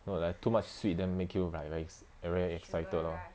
no like too much sweet then make you like ve~ very excited lor